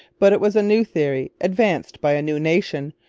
but it was a new theory, advanced by a new nation,